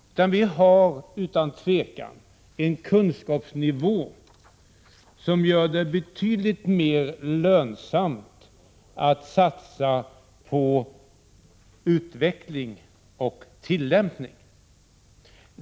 Utan tvivel har vi en kunskapsnivå som gör det betydligt mer lönsamt att satsa på utveckling och tillämpning.